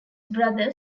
brother